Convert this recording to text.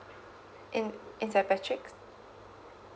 mm in in saint patricks